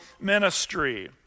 ministry